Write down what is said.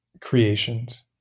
creations